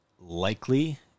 likely